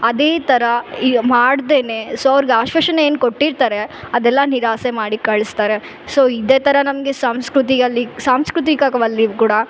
ಅದೇ ಥರ ಈ ಮಾಡದೇನೆ ಸೊ ಅವ್ರಿಗೆ ಆಶ್ವಾಸನೆ ಏನು ಕೊಟ್ಟಿರ್ತಾರೆ ಅದೆಲ್ಲ ನಿರಾಸೆ ಮಾಡಿ ಕಳಿಸ್ತಾರೆ ಸೊ ಇದೇ ಥರ ನಮಗೆ ಸಂಸ್ಕೃತಿಯಲ್ಲಿ ಸಾಂಸ್ಕೃತಿಕದಲ್ಲಿ ಕೂಡ